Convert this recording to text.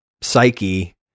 psyche